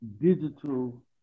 Digital